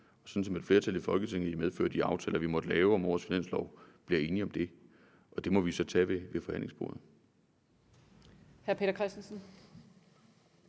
sådan som et flertal i Folketinget i medfør af de aftaler, vi måtte lave om vores finanslov, bliver enige om det. Og det må vi så tage ved forhandlingsbordet.